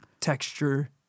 texture